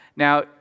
Now